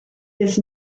this